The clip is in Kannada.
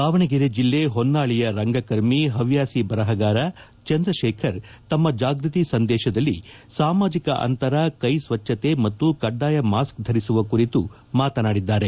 ದಾವಣಗೆರೆ ಜಿಲ್ಲೆ ಹೊನ್ನಾಳಿಯ ರಂಗಕರ್ಮಿ ಹವ್ಯಾಸಿ ಬರಹಗಾರ ಚಂದ್ರಶೇಖರ್ ತಮ್ಮ ಜಾಗೃತಿ ಸಂದೇಶದಲ್ಲಿ ಸಾಮಾಜಿಕ ಅಂತರ ಕೈ ಸ್ವಚ್ಚತೆ ಮತ್ತು ಕಡ್ಡಾಯ ಮಾಸ್ಕ್ ಧರಿಸುವ ಕುರಿತು ಮಾತನಾದಿದ್ದಾರೆ